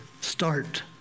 start